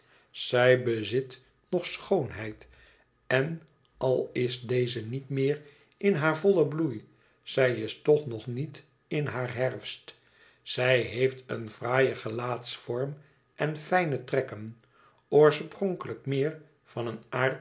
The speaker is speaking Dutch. zij bezit nog schoonheid en al is deze niet meer in haar vollen bloei zij is toch nog niet in haar herfst zij heeft een fraaien gelaatsvorm en fijne trekken oorspronkelijk meer van een